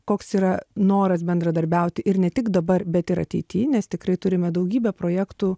koks yra noras bendradarbiauti ir ne tik dabar bet ir ateity nes tikrai turime daugybę projektų